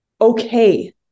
okay